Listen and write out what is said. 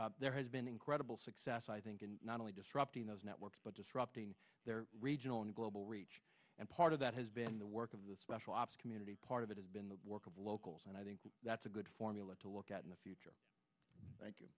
group there has been incredible success i think in not only disrupting those networks but disrupting their regional and global reach and part of that has been the work of the special ops community part of it has been the work of locals and i think that's a good formula to look at in the future